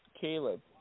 Caleb